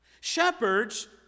Shepherds